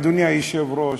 אדוני היושב-ראש,